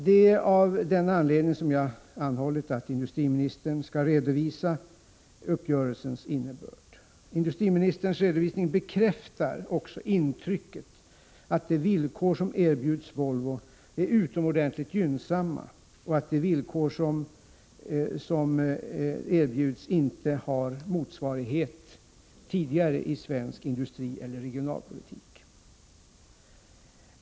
Det är av den anledningen som jag anhållit att industriministern skulle redovisa uppgörelsens innebörd. Industriministerns redovisning bekräftar också intrycket av att de villkor som erbjuds Volvo är utomordentligt gynnsamma och att de villkor som erbjuds inte har motsvarighet tidigare i svensk industrieller regionalpolitik.